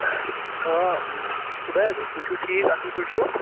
آ عُبید تُہۍ چھُو ٹھیٖک اَصٕل پٲٹھۍ چھُو